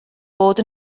bod